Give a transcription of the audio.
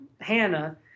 Hannah